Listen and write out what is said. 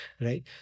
right